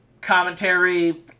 commentary